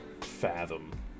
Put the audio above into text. fathom